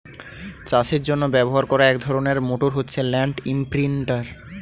চাষের জন্য ব্যবহার করা এক ধরনের মোটর হচ্ছে ল্যান্ড ইমপ্রিন্টের